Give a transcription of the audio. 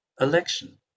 election